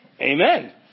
amen